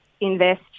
invest